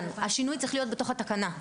השינוי צריך להיות בתוך התקנה.